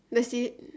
let's see